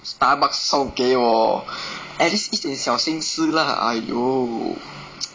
starbucks 送给我 at least 一点小心思 lah !aiyo!